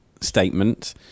statement